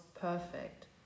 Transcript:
perfect